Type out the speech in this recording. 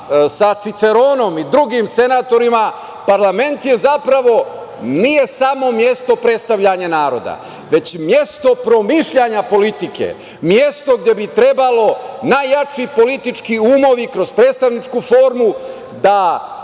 sa Ciceronom, i drugim senatorima, parlament nije samo mesto predstavljanja naroda, već mesto promišljanja politike, mesto gde bi trebalo najjači politički umovi kroz predstavničku formu da